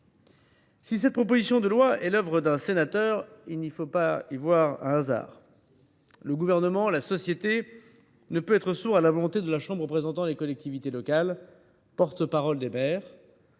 Si cette proposition de loi est l’œuvre d’un sénateur, il ne faut pas y voir un hasard. Le Gouvernement et la société ne peuvent être sourds à la volonté de la chambre représentant les collectivités locales, porte parole des maires.